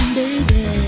baby